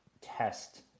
test